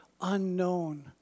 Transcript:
unknown